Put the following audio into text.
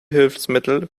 hilfsmittel